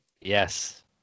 Yes